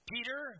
Peter